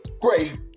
great